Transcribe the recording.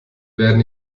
werden